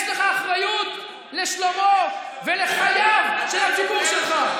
יש לך אחריות לשלומו ולחייו של הציבור שלך.